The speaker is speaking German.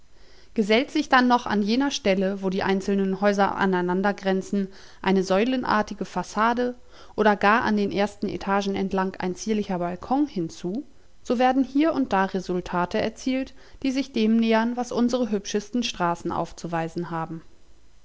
gesellt sich dann noch an jener stelle wo die einzelnen häuser aneinander grenzen eine säulenartige fassade oder gar an den ersten etagen entlang ein zierlicher balkon hinzu so werden hier und da resultate erzielt die sich dem nähern was unsere hübschesten straßen aufzuweisen haben